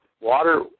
Water